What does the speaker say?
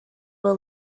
will